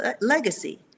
legacy